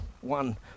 one